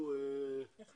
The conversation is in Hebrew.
אנחנו